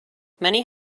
many